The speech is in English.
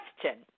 question